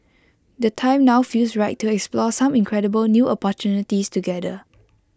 the time now feels right to explore some incredible new opportunities together